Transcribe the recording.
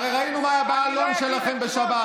הרי ראינו מה היה בעלון שלכם בשבת.